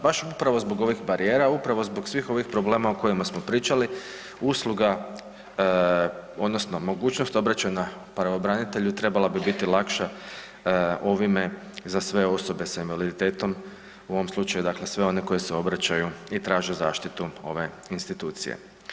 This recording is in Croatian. Baš upravo zbog ovih barijera, upravo zbog svih ovih problema o kojima smo pričali, usluga odnosno mogućnost obraćanja pravobranitelju trebala bi biti lakša ovime za sve osobe s invaliditetom u ovom slučaju sve one koji se obraćaju i traže zaštitu ove institucije.